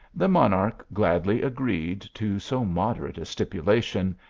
the monarch gladly agreed to so moderate a stip ulation,